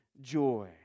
joy